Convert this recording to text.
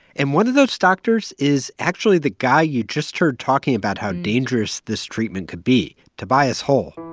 and one of those doctors is actually the guy you just heard talking about how dangerous this treatment could be, tobias hall